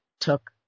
took